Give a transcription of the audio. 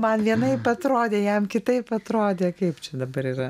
man vienaip atrodė jam kitaip atrodė kaip čia dabar yra